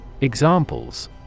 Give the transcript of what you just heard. Examples